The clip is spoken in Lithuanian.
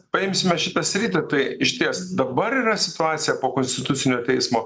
paimsime šitą sritį tai išties dabar yra situacija po konstitucinio teismo